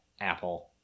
apple